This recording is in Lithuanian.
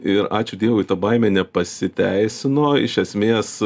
ir ačiū dievui ta baimė nepasiteisino iš esmės